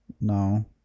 No